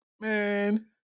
man